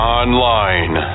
online